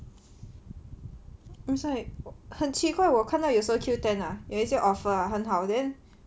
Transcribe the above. it's like 很奇怪我看到有时候 Qoo Ten ah ah 有一些 offer ah 很好 then